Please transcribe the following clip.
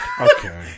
Okay